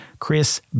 chris